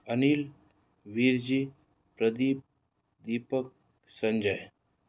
Anil Veer ji Pradeep Deepak Sanjay